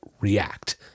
React